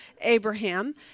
Abraham